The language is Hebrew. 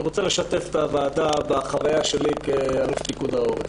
אני רוצה לשתף את הוועדה בחוויה שלי כאלוף פיקוד העורף.